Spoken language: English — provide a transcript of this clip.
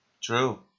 True